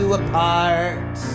apart